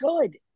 good